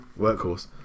Workhorse